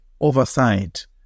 oversight